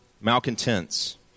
malcontents